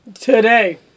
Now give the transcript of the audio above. today